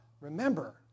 Remember